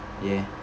ya